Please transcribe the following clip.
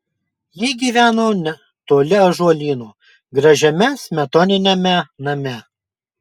ji gyveno netoli ąžuolyno gražiame smetoniniame name